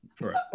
Right